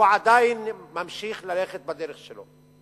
הוא עדיין ממשיך ללכת בדרך שלו.